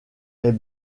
est